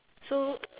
so